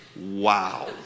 Wow